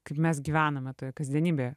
kaip mes gyvename toje kasdienybėje